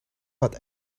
but